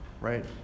Right